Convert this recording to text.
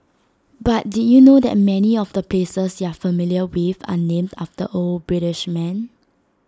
but did you know that many of the places you're familiar with are named after old British men